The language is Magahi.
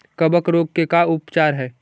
कबक रोग के का उपचार है?